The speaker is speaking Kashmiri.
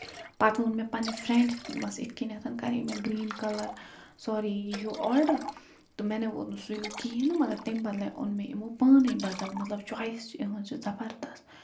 پَتہٕ ووٚن مےٚ پَنٕنہِ فرینٛڈِ دوٚپمس یِتھٕ کٔنٮ۪تھ کَرے مےٚ گریٖن کَلر سوٚری یہِ ہیٛوٗ آرڈر تہٕ مےٚ نَے ووٚت سُے ہِیٛوٗ کِہیٖنٛۍ نہٕ مَگر تَمہِ بدلہٕ ہے اوٚن مےٚ یِمَو پانَے بدل مطلب چوایِس تہِ چھِ یِہٕنٛز زَبردست